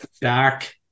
dark